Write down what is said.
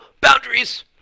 boundaries